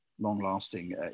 long-lasting